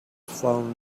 phone